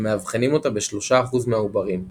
ומאבחנים אותה ב-3% מהעוברים,